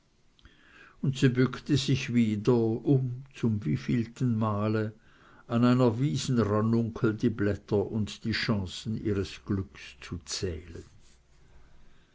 und sie bückte sich wieder um zum wievielsten male an einer wiesenranunkel die blätter und die chancen ihres glücks zu zählen